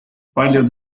paljud